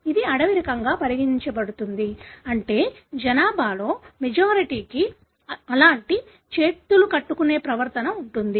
ఇది అడవి రకంగా పరిగణించబడుతుంది అంటే జనాభాలో మెజారిటీకి అలాంటి చేతులు కట్టుకునే ప్రవర్తన ఉంటుంది